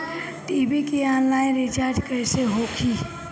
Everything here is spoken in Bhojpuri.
टी.वी के आनलाइन रिचार्ज कैसे होखी?